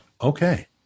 Okay